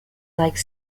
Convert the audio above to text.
like